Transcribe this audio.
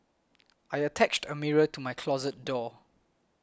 I attached a mirror to my closet door